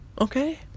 Okay